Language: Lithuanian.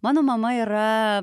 mano mama yra